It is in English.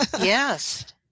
Yes